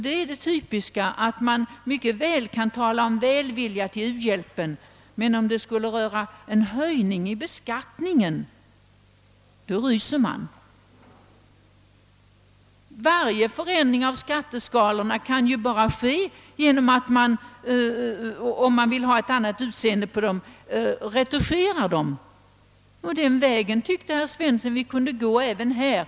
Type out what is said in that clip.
Det är typiskt att man kan tala med välvilja om u-hjälpen, men så snart det rör sig om en höjning av skatten ryser man. Det enda sättet att förändra skatteskalornas utseende är ju att retuschera dem. Herr Svensson ansåg att vi kunde gå den vägen även här.